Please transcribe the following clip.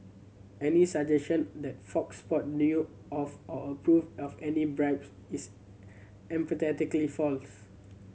any suggestion that Fox Sport knew of or approved of any bribes is emphatically false